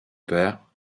père